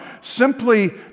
simply